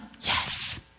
Yes